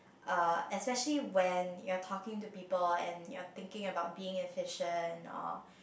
uh especially when you are talking to people and you are thinking about of being efficient or